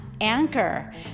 Anchor